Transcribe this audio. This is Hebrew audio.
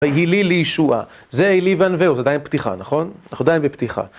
הילי לאישוע, זה הילי ואן ואו, זה עדיין בפתיחה, נכון? אנחנו עדיין בפתיחה.